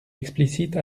explicite